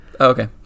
Okay